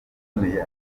akomeye